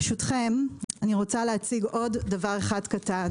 ברשותכם, אני רוצה להציג עוד דבר אחד קטן,